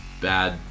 bad